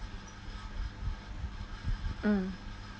mm